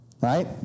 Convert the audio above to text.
Right